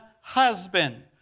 husband